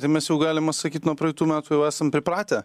tai mes jau galima sakyt nuo praeitų metų jau esam pripratę